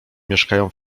mieszkają